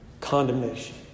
Condemnation